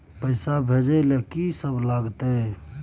पैसा भेजै ल की सब लगतै?